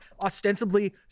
ostensibly